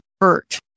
hurt